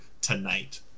tonight